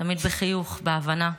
תמיד בחיוך, בהבנה.